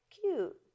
cute